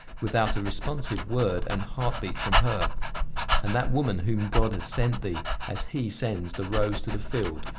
without a responsive word and heart-beat from her and that woman whom god has sent thee as he sends the rose to the field,